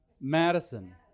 Madison